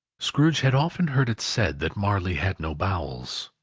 scrooge had often heard it said that marley had no bowels,